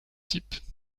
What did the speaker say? type